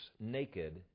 naked